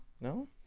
No